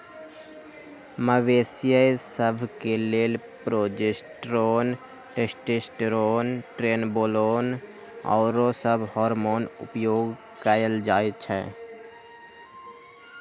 मवेशिय सभ के लेल प्रोजेस्टेरोन, टेस्टोस्टेरोन, ट्रेनबोलोन आउरो सभ हार्मोन उपयोग कयल जाइ छइ